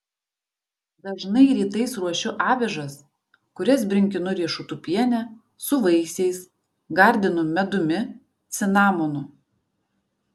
dažnai rytais ruošiu avižas kurias brinkinu riešutų piene su vaisiais gardinu medumi cinamonu